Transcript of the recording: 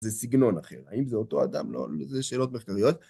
זה סגנון אחר, האם זה אותו אדם, לא, זה שאלות מחקריות.